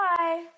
Bye